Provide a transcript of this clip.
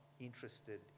interested